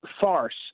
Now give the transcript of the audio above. farce